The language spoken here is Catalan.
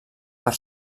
per